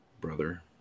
Brother